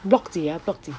block 几 ah block 几